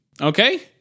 Okay